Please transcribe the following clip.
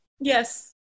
yes